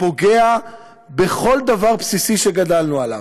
פוגע בכל דבר בסיסי שגדלנו עליו?